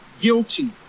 guilty